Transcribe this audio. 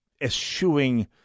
eschewing